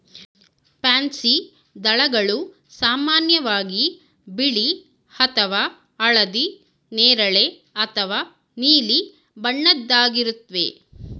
pansy ದಳಗಳು ಸಾಮಾನ್ಯವಾಗಿ ಬಿಳಿ ಅಥವಾ ಹಳದಿ ನೇರಳೆ ಅಥವಾ ನೀಲಿ ಬಣ್ಣದ್ದಾಗಿರುತ್ವೆ